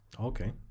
Okay